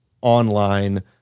online